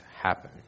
happen